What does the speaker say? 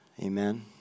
Amen